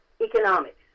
economics